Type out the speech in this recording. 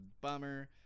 bummer